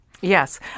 Yes